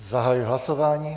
Zahajuji hlasování.